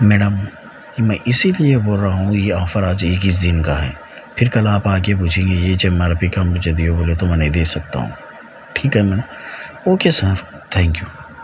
madam میں اسی لیے بول رہا ہوں یہ آفر آج اکیس دن کا ہے پھر آپ کل آ کے پوچھیں گے یہ جو مال تم مجھے دے دو بولے تو میں نہیں دے سکتا ہوں ٹھیک ہے نا اوکے سر تھینک یو